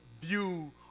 view